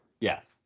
Yes